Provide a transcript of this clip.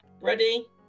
Ready